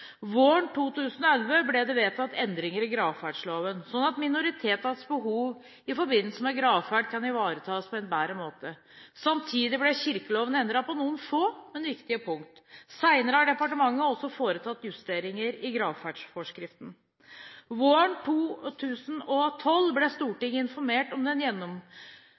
Våren 2011 ble det vedtatt endringer i gravferdsloven, slik at minoritetenes behov i forbindelse med gravferd kan ivaretas på en bedre måte. Samtidig ble kirkeloven endret på noen få, men viktige punkt. Senere har departementet også foretatt justeringer i gravferdsforskriften. Våren 2012 ble Stortinget informert om den